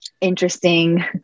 interesting